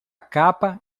capa